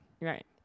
right